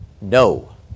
no